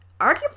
arguably